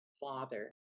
father